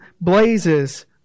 blazes